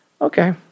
Okay